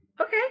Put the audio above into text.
okay